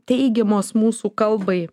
teigiamos mūsų kalbai